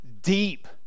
deep